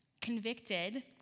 convicted